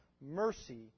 mercy